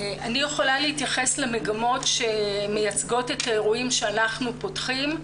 אני יכולה להתייחס למגמות שמייצגות את האירועים שאנחנו פותחים.